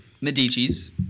Medici's